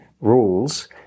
rules